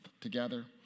Together